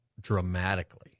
dramatically